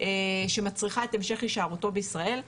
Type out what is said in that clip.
שמצריכה את המשך הישארותו בישראל,